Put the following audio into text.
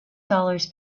dollars